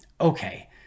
okay